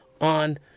on